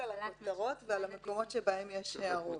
על הכותרות ועל המקומות שבהם יש הערות.